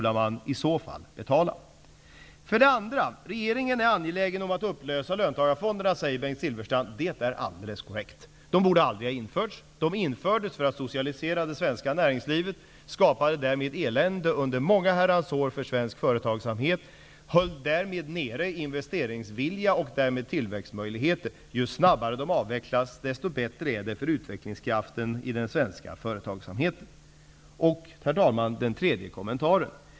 Det är alldeles korrekt. De borde aldrig ha införts. De infördes i syfte att socialisera det svenska näringslivet och skapade således elände under många herrans år för svensk företagsamhet. På det sättet höll de nere investeringsvilja och minskade därmed tillväxtmöjligheterna. Ju snabbare de här fonderna avvecklas, desto bättre är det för utvecklingskraften i fråga om den svenska företagsamheten.